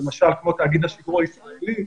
למשל כמו תאגיד השידור הישראלי,